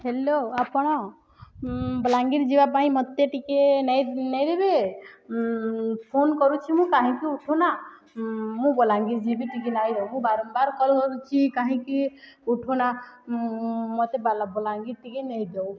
hello ଆପଣ ବଲାଙ୍ଗୀର ଯିବା ପାଇଁ ମୋତେ ଟିକେ ନେଇ ନେଇଦେବେ ଫୋନ୍ କରୁଛି ମୁଁ କାହିଁକି ଉଠାଉନା ମୁଁ ବଲାଙ୍ଗୀର ଯିବି ଟିକେ ନାଇଁ ଦେଉ ମୁଁ ବାରମ୍ବାର କଲ୍ କରୁଛି କାହିଁକି ଉଠାଉନା ମୋତେ ବାଲା ବଲାଙ୍ଗୀର ଟିକେ ନେଇଯାଅ